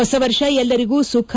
ಹೊಸ ವರ್ಷ ಎಲ್ಲರಿಗೂ ಸುಖ